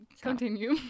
Continue